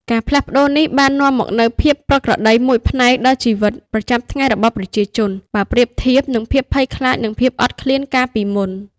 ការផ្លាស់ប្តូរនេះបាននាំមកនូវភាពប្រក្រតីមួយផ្នែកដល់ជីវិតប្រចាំថ្ងៃរបស់ប្រជាជន បើប្រៀបធៀបនឹងភាពភ័យខ្លាច និងភាពអត់ឃ្លានកាលពីមុន។